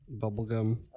bubblegum